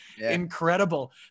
Incredible